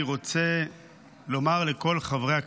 אני רוצה לומר לכל חברי הכנסת,